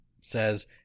says